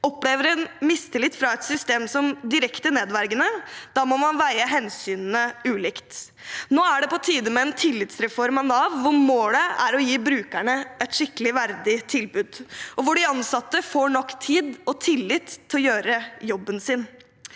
opplever en mistillit fra et system som direkte nedverdigende, må man veie hensynene ulikt. Nå er det på tide med en tillitsreform av Nav, hvor målet er å gi brukerne et skikkelig, verdig tilbud, og hvor de ansatte får nok tid og tillit til å gjøre jobben sin.